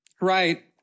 Right